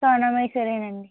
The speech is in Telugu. సోనా మసూరే నండి